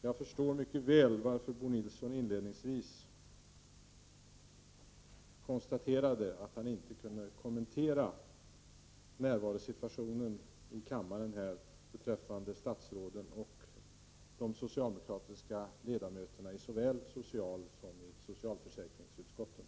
Jag förstår mycket väl varför Bo Nilsson inledningsvis konstaterade att han inte kunde kommentera närvarosituationen här i kammaren beträffande statsråden och de socialdemokratiska ledamöterna i såväl socialsom socialförsäkringsutskotten.